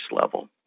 level